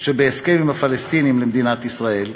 שבהסכם עם הפלסטינים למדינת ישראל.